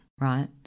right